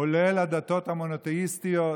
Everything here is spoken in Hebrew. כולל הדתות המונותיאיסטיות,